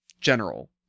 general